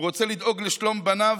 הוא רוצה לדאוג לשלום בניו,